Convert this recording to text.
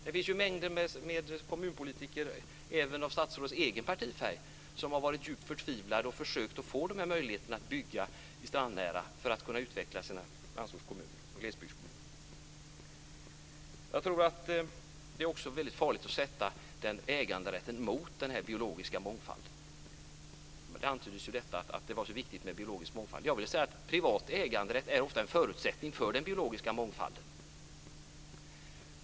Det finns ju mängder med kommunpolitiker även av statsrådets egen partifärg som har varit djupt förtvivlade och försökt få den här möjligheten att bygga strandnära för att kunna utveckla sina landsortskommuner och glesbygdskommuner. Jag tror att det är väldigt farligt att ställa äganderätten mot den biologiska mångfalden. Det antyddes ju att det var så viktigt med biologisk mångfald. Jag vill säga att privat äganderätt ofta är en förutsättning för den biologiska mångfalden.